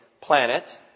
planet